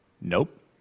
Nope